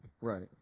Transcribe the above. Right